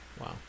Wow